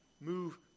move